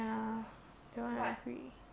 ya that one agree